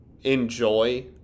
enjoy